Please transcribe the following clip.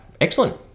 Excellent